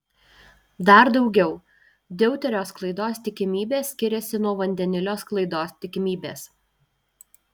dar daugiau deuterio sklaidos tikimybė skiriasi nuo vandenilio sklaidos tikimybės